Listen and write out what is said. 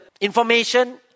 information